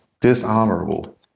dishonorable